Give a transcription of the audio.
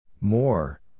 More